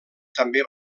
també